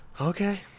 Okay